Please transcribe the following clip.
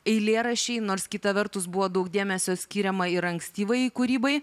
eilėraščiai nors kita vertus buvo daug dėmesio skiriama ir ankstyvajai kūrybai